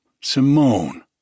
Simone